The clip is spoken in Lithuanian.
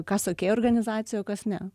kas okei organizacijoj o kas ne